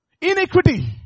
Iniquity